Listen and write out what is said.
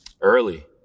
early